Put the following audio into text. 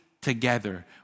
together